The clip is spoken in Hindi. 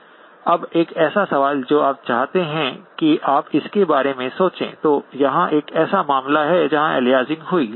अब एक ऐसा सवाल जो आप चाहते हैं कि आप इसके बारे में सोचें तो यहां एक ऐसा मामला है जहां अलियासिंग हुई